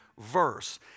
verse